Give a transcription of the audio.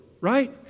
right